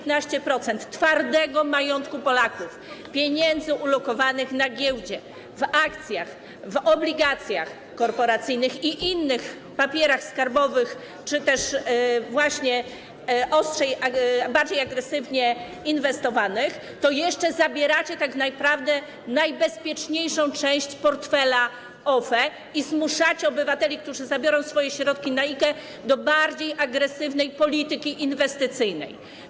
15% twardego majątku Polaków, pieniędzy ulokowanych na giełdzie, w akcjach, w obligacjach korporacyjnych i innych papierach skarbowych czy też właśnie bardziej agresywnie inwestowanych, to jeszcze zabieracie tak naprawdę najbezpieczniejszą część portfela OFE i zmuszacie obywateli, którzy zabiorą swoje środki na IKE, do bardziej agresywnej polityki inwestycyjnej.